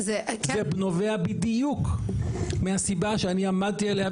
זה נובע בדיוק מהסיבה שאני עמדתי עליה,